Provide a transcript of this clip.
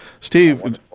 Steve